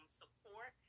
support